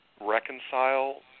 reconcile